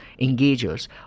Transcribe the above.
engagers